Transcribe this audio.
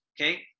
okay